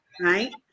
Right